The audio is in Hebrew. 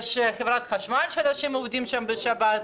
יש חברת חשמל שאנשים עובדים בה בשבת.